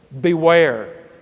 beware